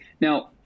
Now